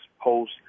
post